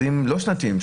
לא שנתיים,